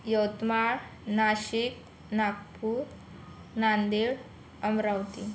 Yavatmal Nashik Nagpur Nanded Amravati